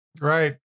Right